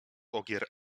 ogier